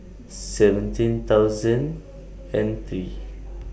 seventeen thousand and three